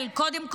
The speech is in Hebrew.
קודם כול,